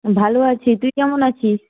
ভালো আছি তুই কেমন আছিস